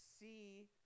see